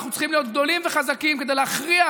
אנחנו צריכים להיות גדולים וחזקים כדי להכריח,